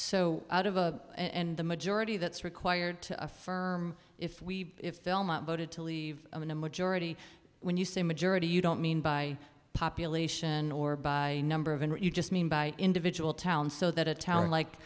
so out of a in the majority that's required to affirm if we if they voted to leave in a majority when you say majority you don't mean by population or by number of what you just mean by individual town so that a town like